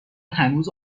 هنوز